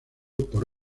por